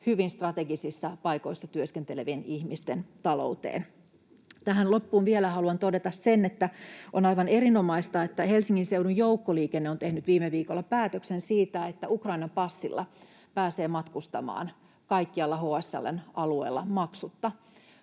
hyvin strategisissa paikoissa työskentelevien ihmisten talouteen. Tähän loppuun vielä haluan todeta sen, että on aivan erinomaista, että Helsingin seudun joukkoliikenne on tehnyt viime viikolla päätöksen siitä, että Ukrainan passilla pääsee matkustamaan kaikkialla HSL:n alueella maksutta.